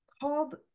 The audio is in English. called